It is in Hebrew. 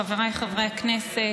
חבריי חברי הכנסת,